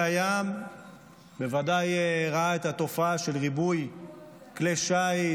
הים בוודאי ראה תופעה של ריבוי כלי שיט,